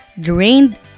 Drained